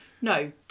No